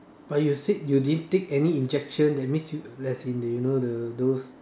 but you said you didn't take any injection that means as in you know the those